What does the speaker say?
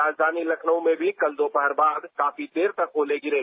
राजधानी लखनऊ में भी कल दोपहर बाद काफी देर तक ओले गिरे